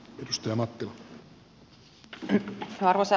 arvoisa puhemies